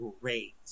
great